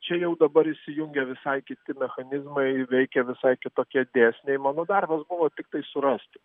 čia jau dabar įsijungia visai kiti mechanizmai veikia visai kitokie dėsniai mano darbas buvo tiktai surasti